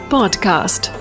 Podcast